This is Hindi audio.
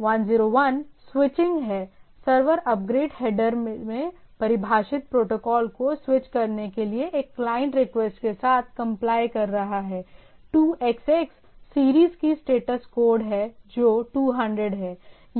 101 स्विचिंग है सर्वर अपग्रेड हेडर में परिभाषित प्रोटोकॉल को स्विच करने के लिए क्लाइंट रिक्वेस्ट के साथ कम्प्लाइ कर रहा है 2xx सीरीज की स्टेटस कोड है जो 200 है